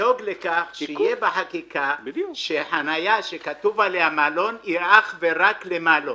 לדאוג לכך שחניה שכתוב עליה "מעלון" היא אך ורק לרכב עם מעלון,